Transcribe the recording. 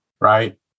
right